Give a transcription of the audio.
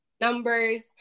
numbers